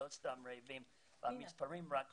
הם לא סתם רעבים, והמספרים רק עולים.